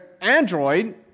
Android